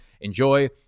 Enjoy